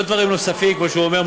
לא דברים נוספים כמו שהוא אומר,